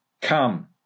come